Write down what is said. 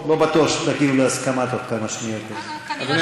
בטוח שתגיעו להסכמה תוך כמה שניות, אז, כנראה שלא.